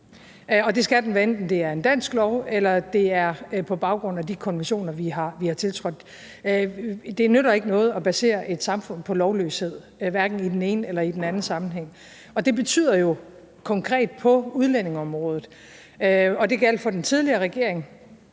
den, hvad enten det er en dansk lov, eller det er på baggrund af de konventioner, vi har tiltrådt. Det nytter ikke noget at basere et samfund på lovløshed, hverken i den ene eller den anden sammenhæng, og det betyder jo konkret på udlændingeområdet – det gjaldt for den tidligere regering,